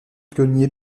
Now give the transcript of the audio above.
pionnier